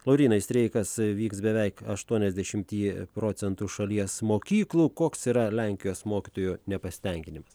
laurynai streikas vyks beveik aštuoniasdešimty procentų šalies mokyklų koks yra lenkijos mokytojų nepasitenkinimas